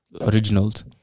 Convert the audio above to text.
originals